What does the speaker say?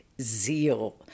Zeal